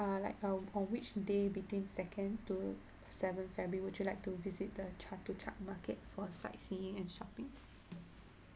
err like uh for which day between second to seven february would you like to visit the chatuchak market for sightseeing and shopping